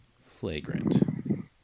flagrant